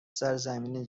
سرزمین